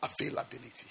Availability